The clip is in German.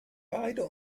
beide